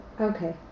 okay